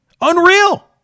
Unreal